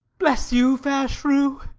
bless you, fair shrew.